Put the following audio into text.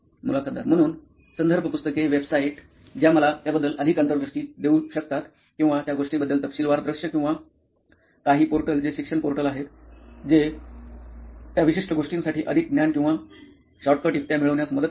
मुलाखतदार म्हणून संदर्भ पुस्तके वेबसाइट ज्या मला त्याबद्दल अधिक अंतर् दृष्टी देऊ शकतात किंवा त्या गोष्टीबद्दल तपशीलवार दृश्य किंवा काही पोर्टल जे शिक्षण पोर्टल आहेत जे त्या विशिष्ट गोष्टींसाठी अधिक ज्ञान किंवा शॉर्टकट युक्त्या मिळवण्यास मदत करतात